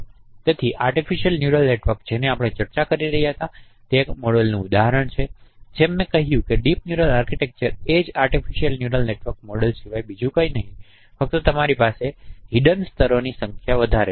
તેથી artificial neural network જેની આપણે ચર્ચા કરી હતી તે એક મોડેલનું એક ઉદાહરણ છે અને જેમ મેં કહ્યું છે કે ડીપ ન્યુરલ આર્કિટેક્ચર એ જ આર્ટિફિસિયલ ન્યુરલ નેટવર્ક મોડેલ સિવાય કંઈ નથી ફક્ત તમારી પાસે હિડ્ન સ્તરોની સંખ્યા વધુ છે